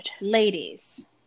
ladies